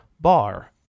bar